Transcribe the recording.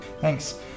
Thanks